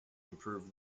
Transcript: improved